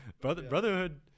Brotherhood